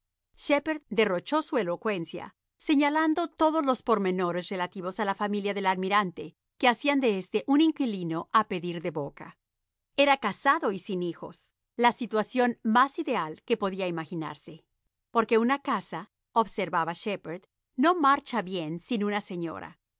derrochó su elocuencia señalando todos los pormenores relativos a la familia del almirante que hacían de éste un inquilino a pedir de boca era casado y sin hijos la situación más ideal que podía imaginarse porque una casa observaba shepherd no marcha bien sin una seño